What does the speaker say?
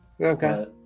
Okay